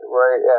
right